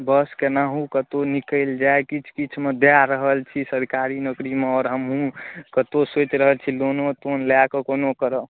बस केनाहुँ कतहुँ निकलि जाए किछु किछु मे दए रहल छी सरकारी नौकरीमे आओर हमहूँ कतहुँ सोचि रहल छी लोनो तोन लए कऽ कोनो करब